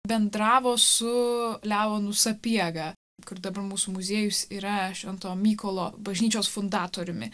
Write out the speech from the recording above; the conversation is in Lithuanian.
bendravo su leonu sapiega kur dabar mūsų muziejus yra šventojo mykolo bažnyčios fundatoriumi